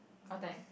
what time